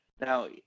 Now